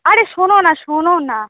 আরে শোনো না শোনো না